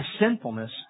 sinfulness